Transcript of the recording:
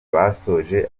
basoje